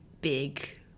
big